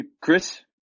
Chris